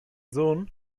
sohn